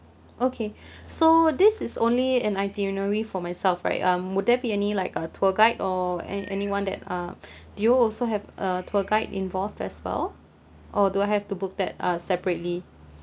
okay so this is only an itinerary for myself right um would there be any like uh tour guide or any~ anyone that uh do you also have a tour guide involved as well or do I have to book that uh separately